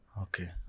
Okay